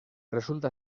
resulta